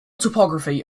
topography